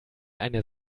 eine